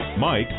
Mike